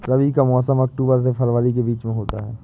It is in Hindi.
रबी का मौसम अक्टूबर से फरवरी के बीच में होता है